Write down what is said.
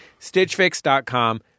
Stitchfix.com